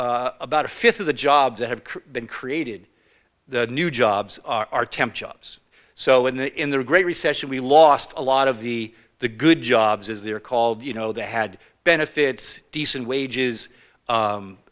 recession about a fifth of the jobs have been created the new jobs are temp jobs so in the in the great recession we lost a lot of the the good jobs as they're called you know they had benefits decent wages